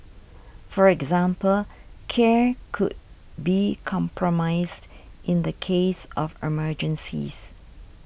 for example care could be compromised in the case of emergencies